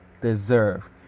deserve